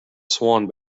swan